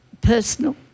personal